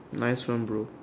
nice one bro